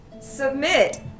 Submit